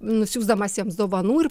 nusiųsdamas jiems dovanų ir